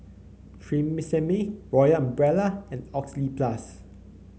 Tresemme Royal Umbrella and Oxyplus